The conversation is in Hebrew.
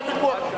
אין ויכוח.